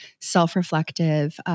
self-reflective